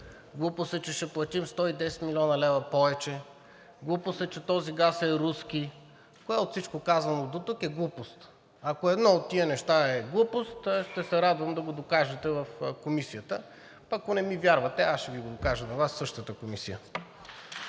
Глупост е, че ще платим 110 млн. лв. повече. Глупост е, че този газ е руски. Кое от всичко казано дотук е глупост? Ако едно от тези неща е глупост, ще се радвам да го докажете в Комисията. Ако не ми вярвате, аз ще го докажа на Вас в същата Комисия.